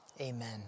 Amen